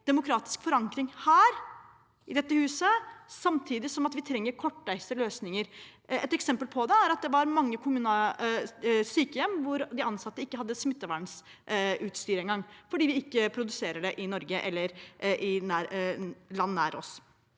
demokratisk forankring her i dette huset, samtidig som vi trenger kortreiste løsninger. Et eksempel på det er at det var mange sykehjem hvor de ansatte ikke engang hadde smittevernutstyr, fordi det ikke produseres i Norge eller i land nær oss.